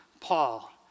Paul